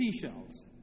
seashells